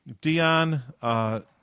Dion